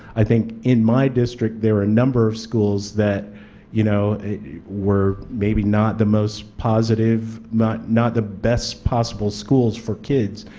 i think in my district there were a number of schools that you know were maybe not the most positive, not not the best possible schools for kids,